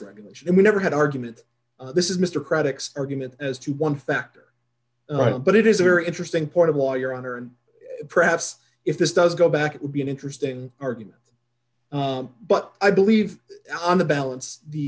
regulation and we never had argument this is mr craddock's argument as to one factor but it is a very interesting part of why your honor and perhaps if this does go back it would be an interesting argument but i believe on the balance the